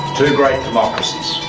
two great democracies,